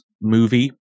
movie